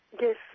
Yes